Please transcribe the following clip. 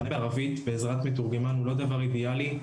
מענה בערבית בעזרת מתורגמן הוא לא דבר אידיאלי.